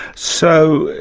so,